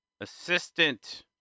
assistant